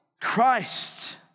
Christ